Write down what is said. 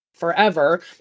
forever